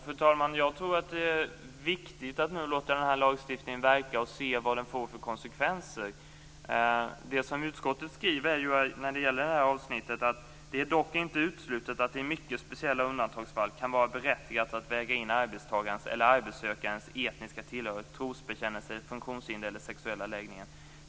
Fru talman! Jag tror att det är viktigt att nu låta den här lagstiftningen verka och att se vad den får för konsekvenser. När det gäller det här avsnittet skriver utskottet: Det är dock inte uteslutet att det i mycket speciella undantagsfall kan vara berättigat att väga in arbetstagarens och arbetssökandens etniska tillhörighet, trosbekännelse, funktionshinder eller sexuella läggning.